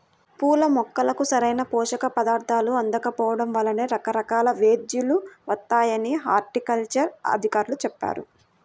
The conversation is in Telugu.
పూల మొక్కలకు సరైన పోషక పదార్థాలు అందకపోడం వల్లనే రకరకాల వ్యేదులు వత్తాయని హార్టికల్చర్ అధికారులు చెప్పారు